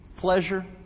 Pleasure